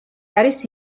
არის